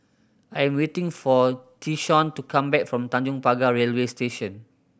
I am waiting for Tyshawn to come back from Tanjong Pagar Railway Station